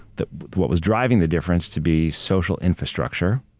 that what was driving the difference to be social infrastructure,